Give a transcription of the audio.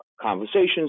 conversations